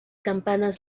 campanas